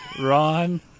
Ron